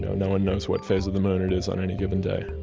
no no one knows what phase of the moon it is on any given day.